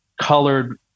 colored